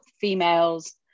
females